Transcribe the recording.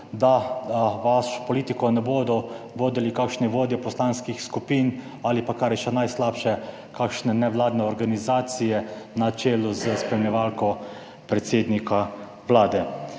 da vašo politiko ne bodo vodili kakšni vodje poslanskih skupin ali pa, kar je še najslabše, kakšne nevladne organizacije na čelu s spremljevalko predsednika Vlade.